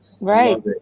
right